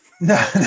No